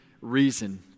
reason